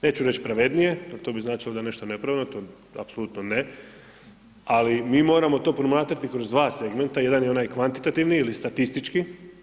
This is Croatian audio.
Neću reći pravednije jer to bi značilo da je nešto nepravedno, to apsolutno ne, ali mi moramo to promatrati kroz 2 segmenta, jedan je onaj kvantitativni ili statistički.